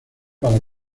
para